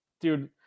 dude